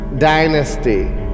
dynasty